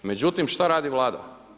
Međutim, šta radi Vlada?